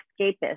escapist